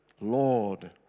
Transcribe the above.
Lord